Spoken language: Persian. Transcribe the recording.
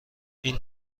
این